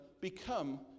become